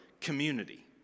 community